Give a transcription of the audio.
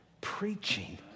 preaching